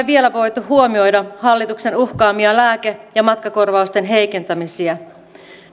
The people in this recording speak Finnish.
vielä voitu huomioida hallituksen uhkaamia lääke ja matkakorvausten heikentämisiä